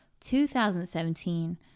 2017